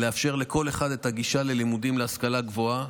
לאפשר לכל אחד את הגישה ללימודים להשכלה גבוהה,